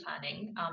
planning